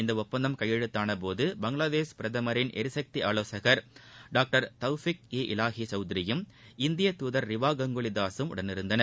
இந்த ஒப்பந்தம் கையெழுத்தானபோது பங்களாதேஷ் பிரதமரின் எரிசக்தி ஆலோசகர் டாக்டர் தவ்ஃபிகே எலாஹி சவுத்ரியும் இந்தியத் தூதர் ரிவா கங்குலி தாஸ் ம் உடனிருந்தார்கள்